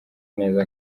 neza